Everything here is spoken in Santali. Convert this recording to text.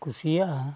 ᱠᱩᱥᱤᱭᱟᱜᱼᱟ